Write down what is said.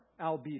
albedo